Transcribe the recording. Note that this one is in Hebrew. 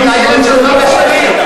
צחי, לילד שלך ושלי.